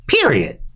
period